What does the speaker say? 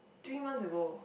three months ago